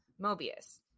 Mobius